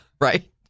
right